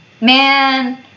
Man